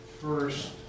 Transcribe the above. first